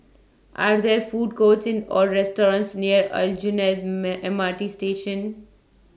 Are There Food Courts Or restaurants near Aljunied M R T Station